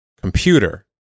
computer